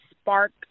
spark